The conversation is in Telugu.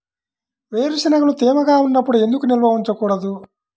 వేరుశనగలు తేమగా ఉన్నప్పుడు ఎందుకు నిల్వ ఉంచకూడదు?